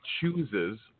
chooses